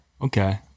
Okay